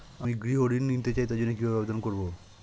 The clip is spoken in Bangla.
আমি গৃহ ঋণ নিতে চাই তার জন্য কিভাবে আবেদন করব?